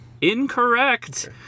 Incorrect